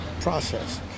process